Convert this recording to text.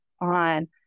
on